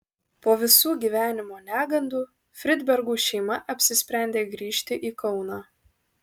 po visų gyvenimo negandų fridbergų šeima apsisprendė grįžti į kauną